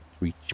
reach